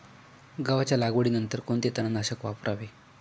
गव्हाच्या लागवडीनंतर कोणते तणनाशक वापरावे?